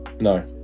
No